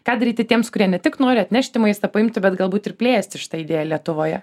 ką daryti tiems kurie ne tik nori atnešti maistą paimti bet galbūt ir plėsti šitą idėją lietuvoje